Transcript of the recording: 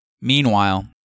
Meanwhile